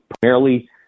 primarily